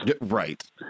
Right